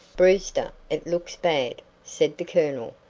brewster, it looks bad, said the colonel,